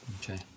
Okay